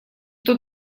кто